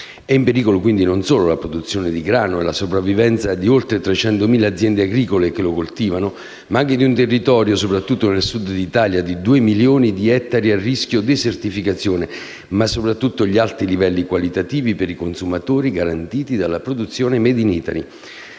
in pericolo non solo la produzione di grano e la sopravvivenza di oltre 300.000 aziende agricole che lo coltivano, ma anche un territorio - specie nel Sud d'Italia - di due milioni di ettari a rischio desertificazione, ma soprattutto gli alti livelli qualitativi per i consumatori garantiti dalla produzione *made in Italy*.